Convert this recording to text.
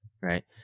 right